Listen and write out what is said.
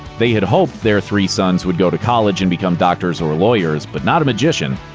they had hoped their three sons would go to college and become doctors or lawyers but not a magician!